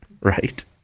right